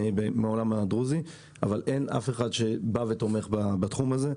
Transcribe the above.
במגזר הדרוזי, אבל אין אף אחד שתומך בתחום הזה.